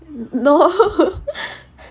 no